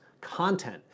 Content